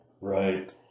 Right